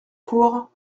cour